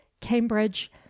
cambridge